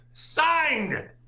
Signed